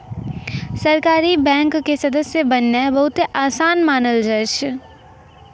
सहकारी बैंको के सदस्य बननाय बहुते असान मानलो जाय छै